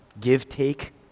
give-take